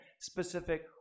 specific